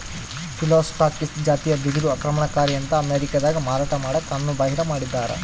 Phyllostachys ಜಾತಿಯ ಬಿದಿರು ಆಕ್ರಮಣಕಾರಿ ಅಂತ ಅಮೇರಿಕಾದಾಗ ಮಾರಾಟ ಮಾಡಕ ಕಾನೂನುಬಾಹಿರ ಮಾಡಿದ್ದಾರ